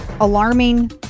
alarming